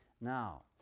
now